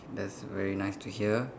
that's very nice to hear